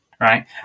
Right